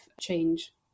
change